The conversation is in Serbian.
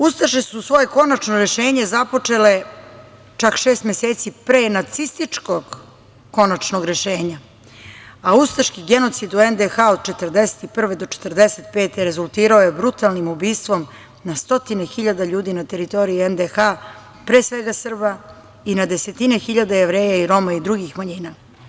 Ustaše su svoje konačno rešenje započele čak šest meseci pre nacističkog konačnog rešenja, a ustaški genocid u NDH od 1941. do 1945. godine rezultirao je brutalnim ubistvom na stotine hiljade ljudi na teritoriji NDH, pre svega Srba i na desetine hiljada Jevreja i Roma i drugih manjina.